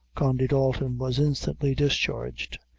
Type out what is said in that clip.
condy dalton was instantly discharged.